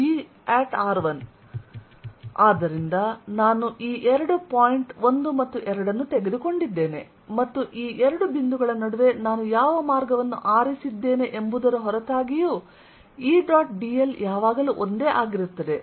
dl V2V1 Vr2V ಆದ್ದರಿಂದ ನಾನು ಈ ಎರಡು ಪಾಯಿಂಟ್ 1 ಮತ್ತು 2 ಅನ್ನು ತೆಗೆದುಕೊಂಡಿದ್ದೇನೆ ಮತ್ತು ಈ ಎರಡು ಬಿಂದುಗಳ ನಡುವೆ ನಾನು ಯಾವ ಮಾರ್ಗವನ್ನು ಆರಿಸಿದ್ದೇನೆ ಎಂಬುದರ ಹೊರತಾಗಿಯೂ E ಡಾಟ್ dl ಯಾವಾಗಲೂ ಒಂದೇ ಆಗಿರುತ್ತದೆ